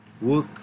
work